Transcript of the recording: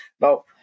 Now